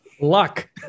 luck